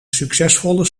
succesvolle